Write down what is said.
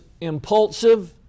impulsive